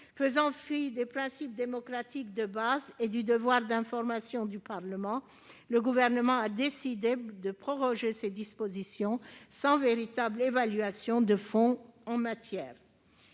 Faisant fi des principes démocratiques de base et du devoir d'information du Parlement, le Gouvernement a décidé de proroger ces dispositions sans véritable évaluation de fond. La droite